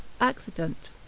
accident